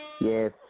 yes